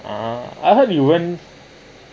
ah I heard you went